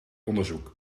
onderzoek